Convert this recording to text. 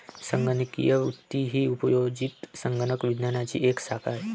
संगणकीय वित्त ही उपयोजित संगणक विज्ञानाची एक शाखा आहे